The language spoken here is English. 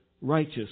righteous